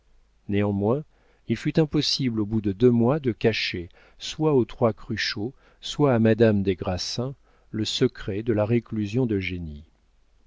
néanmoins il fut impossible au bout de deux mois de cacher soit aux trois cruchot soit à madame des grassins le secret de la réclusion d'eugénie